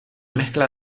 mezcla